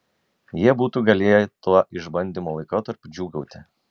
jie būtų galėję tuo išbandymo laikotarpiu džiūgauti